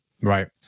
Right